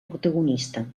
protagonista